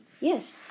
Yes